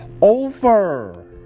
over